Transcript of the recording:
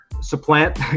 supplant